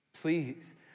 Please